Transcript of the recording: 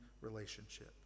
relationship